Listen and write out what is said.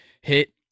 Hit